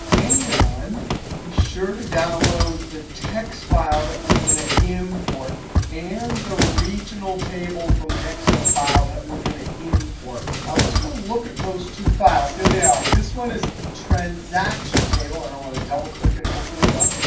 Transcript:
and be sure to download the text file that we're going to import and the regional table from an excel file that we're going to import. now let's go look at those two files. here they are. this one is the transaction table. and i want to double click and open it up.